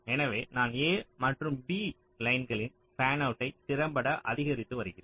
எனவே நான் A மற்றும் B லைன்னின் ஃபேன்அவுட்டை திறம்பட அதிகரித்து வருகிறேன்